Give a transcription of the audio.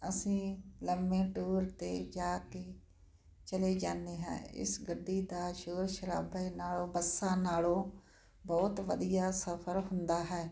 ਅਸੀਂ ਲੰਮੇ ਟੂਰ 'ਤੇ ਜਾ ਕੇ ਚਲੇ ਜਾਦੇ ਹਾਂ ਇਸ ਗੱਡੀ ਦਾ ਸ਼ੋਰ ਸ਼ਰਾਬੇ ਨਾਲੋਂ ਬੱਸਾਂ ਨਾਲੋਂ ਬਹੁਤ ਵਧੀਆ ਸਫ਼ਰ ਹੁੰਦਾ ਹੈ